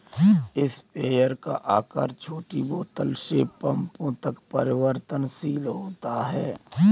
sprayer का आकार छोटी बोतल से पंपों तक परिवर्तनशील होता है